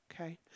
okay